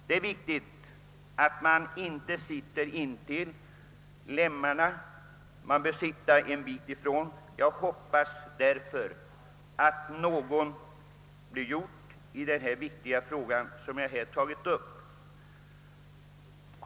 Det är viktigt att de åkande inte sitter intill lämmarna utan en bit ifrån. Jag hoppas därför att något blir gjort i den viktiga angelägenhet som jag här har tagit upp.